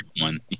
one